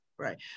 Right